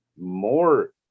more